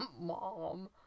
mom